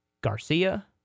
Garcia